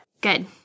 Good